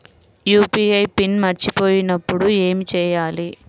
UPI PIN మరచిపోయినప్పుడు ఏమి చేయాలి?